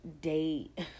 date